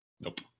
nope